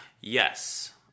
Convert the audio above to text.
Yes